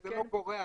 זה לא גורע.